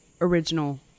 original